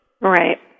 Right